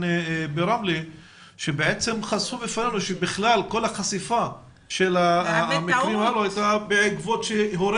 ברמלה והם חשפו בפנינו שכל החשיפה הייתה בעקבות זה שהורה